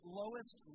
lowest